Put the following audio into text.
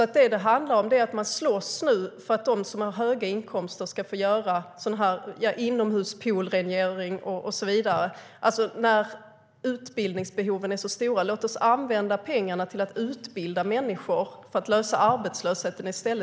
Det som det handlar om nu är att man slåss för att de som har höga inkomster ska få inomhuspoolsrengöring och så vidare. Låt oss, när utbildningsbehoven är så stora, använda pengarna till att utbilda människor för att lösa problemet med arbetslösheten i stället!